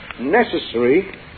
necessary